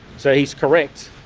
so he's correct,